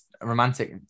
romantic